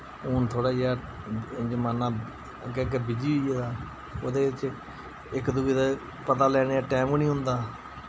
हु'न थोह्ड़ा जेहा जमाना अग्गै अग्गै बीजी होई गेदा उ'दे च इक दुए दा पता लैने दा टैम निं होंदा